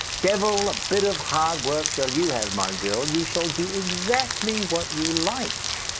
devil a bit of hard work shall you have, my girl. you shall do exactly what you like.